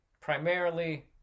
primarily